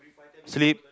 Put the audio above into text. sleep